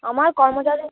আমার কর্মচারী